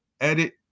edit